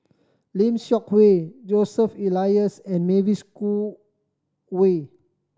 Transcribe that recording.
Lim Seok Hui Joseph Elias and Mavis Khoo Oei